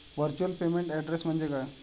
Virtual payment address म्हणजे काय?